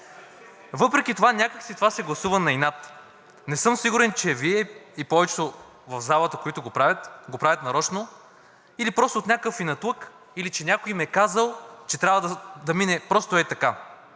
Въпреки това, някак си това се гласува на инат. Не съм сигурен, че и Вие – повечето в залата, които го правят, го правят нарочно или просто от някакъв инатлък, или че някой им е казал, че трябва да мине просто ей така.